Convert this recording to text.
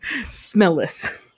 Smellless